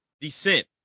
descent